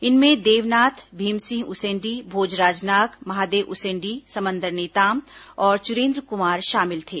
इनमें देवनाथ भीम सिंह उसेंडी भोजराज नाग महादेव उसेंडी समंदर नेताम और चुरेंद्र कुमार शामिल थे